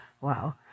Wow